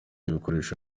ibikoresho